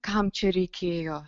kam čia reikėjo